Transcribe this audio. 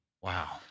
Wow